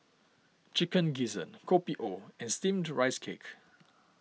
Chicken Gizzard Kopi O and Steamed Rice Cake